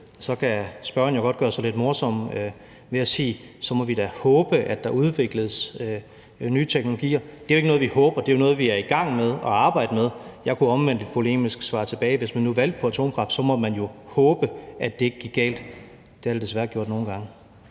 Så kan spørgeren jo godt gøre sig lidt morsom ved at sige: Så må vi da håbe, at der udvikles nye teknologier. Men det er ikke noget, vi håber; det er jo noget, vi er i gang med at arbejde med. Jeg kunne omvendt polemisk svare tilbage, at hvis man nu valgte atomkraft, så måtte man jo håbe, at det ikke gik galt; det har det desværre gjort nogle gange.